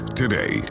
today